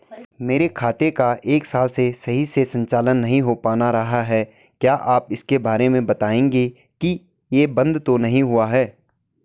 मेरे खाते का एक साल से सही से संचालन नहीं हो पाना रहा है क्या आप इसके बारे में बताएँगे कि ये बन्द तो नहीं हुआ है?